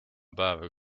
päev